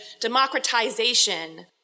democratization